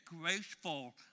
graceful